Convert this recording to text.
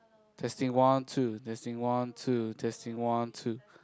testing one two testing one two testing one two